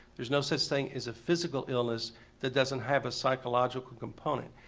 there's no such thing as a physical illness that doesn't have a psychological component.